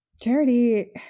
Charity